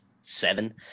seven